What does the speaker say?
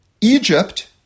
Egypt